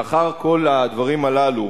לאחר כל הדברים הללו,